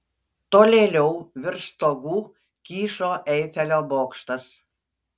tolėliau virš stogų kyšo eifelio bokštas